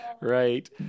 Right